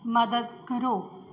ਮਦਦ ਕਰੋ